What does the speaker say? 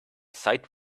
site